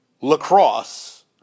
lacrosse